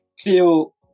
feel